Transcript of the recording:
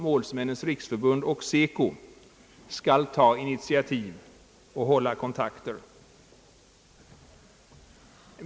Målsmännens riksförbund och SECO, skall ta initiativ och hålla kontakter.